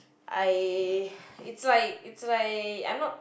I it's like it's like I'm not